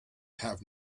have